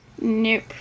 Nope